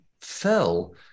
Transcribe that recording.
fell